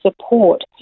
support